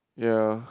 ya